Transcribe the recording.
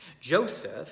Joseph